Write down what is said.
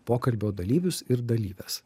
pokalbio dalyvius ir dalyves